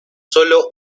solo